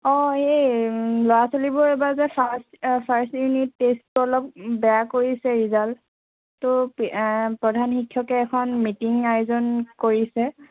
অ এই ল'ৰা ছোৱালীবোৰে এইবাৰ যে ফাৰ্ষ্ট আ ফাৰ্ষ্ট ইউনিট টেষ্টটো অলপ বেয়া কৰিছে ৰিজাল্ট তো প্ৰধান শিক্ষকে এখন মিটিং আয়োজন কৰিছে